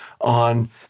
on